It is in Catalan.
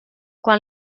quan